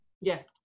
Yes